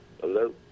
Hello